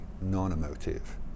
non-emotive